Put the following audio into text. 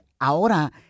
ahora